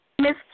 Miss